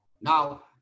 Now